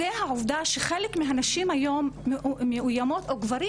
העובדה שחלק מהנשים היום מאוימות או גם גברים